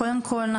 קודם כל,